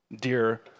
dear